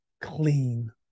clean